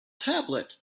tablet